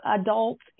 adults